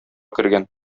кергән